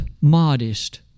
modest